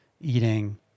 eating